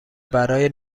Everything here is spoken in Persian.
برای